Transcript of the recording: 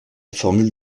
formule